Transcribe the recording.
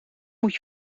moet